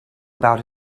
about